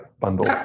bundle